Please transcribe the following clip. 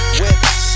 whips